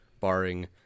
barring